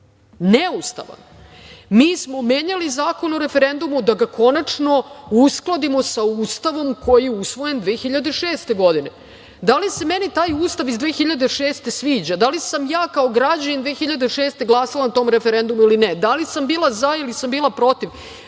neustavan. Mi smo menjali Zakon o referendumu da ga konačno uskladimo sa Ustavom koji je usvojen 2006. godine. Da li se meni taj Ustav iz 2006. godine sviđa, da li sam ja kao građanin 2006. godine glasala na tom referendumu ili ne, da li sam bila za ili sam bila protiv,